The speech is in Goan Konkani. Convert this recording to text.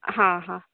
हांहां